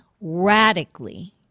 radically